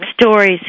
stories